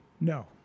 No